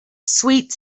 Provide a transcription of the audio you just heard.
sweet